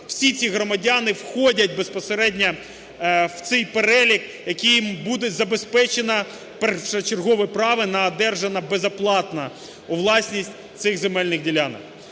всі ці громадяни входять безпосередньо в цей перелік, яким буде забезпечено першочергове право на одержання безоплатно у власність цих земельних ділянок.